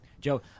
Joe